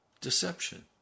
Deception